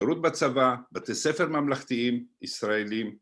ברות בצבא, בתי ספר ממלכתיים, ישראלים.